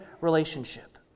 relationship